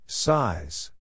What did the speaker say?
Size